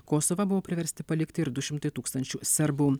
kosovą buvo priversti palikti ir du šimtai tūkstančių serbų